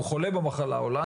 הוא חולה במחלה הזו.